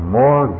more